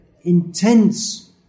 intense